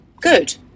good